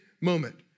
moment